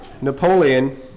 Napoleon